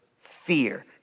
fear